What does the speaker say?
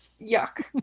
yuck